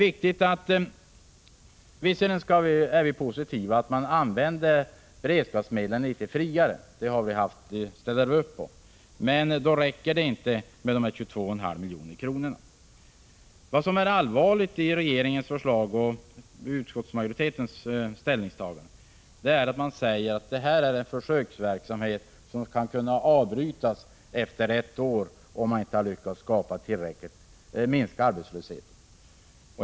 Visserligen är vi positiva till att använda beredskapsmedlen litet friare — det ställer vi upp på. Men då räcker det inte med dessa 22,5 miljoner. Det allvarliga i regeringens förslag och utskottsmajoritetens ställningstagande är att man säger att det handlar om en försöksverksamhet som skall kunna avbrytas efter ett år, om man inte lyckats minska arbetslösheten.